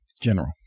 general